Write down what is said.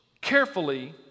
carefully